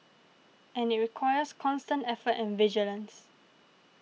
and it requires constant effort and vigilance